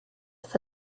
for